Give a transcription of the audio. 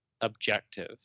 objective